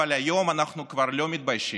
אבל היום אנחנו כבר לא מתביישים.